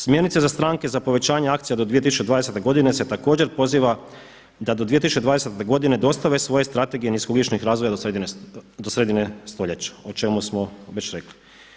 Smjernice za stranke za povećanje akcije do 2020. godine se također poziva da do 2020. godine dostave svoje strategije nisko ugljičnih razvoja do sredine stoljeća, o čemu smo već rekli.